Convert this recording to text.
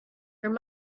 there